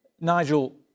Nigel